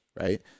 right